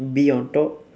bee on top